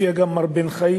הופיע גם מר בן-חיים.